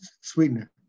sweetener